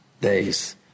days